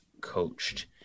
coached